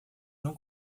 não